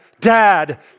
Dad